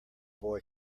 boy